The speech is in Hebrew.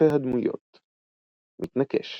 קלפי הדמויות מתנקש